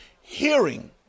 hearing